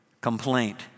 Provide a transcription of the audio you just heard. complaint